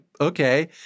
okay